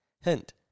Hint